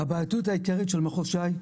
הבעייתיות העיקרית של מחוז ש"י,